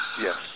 yes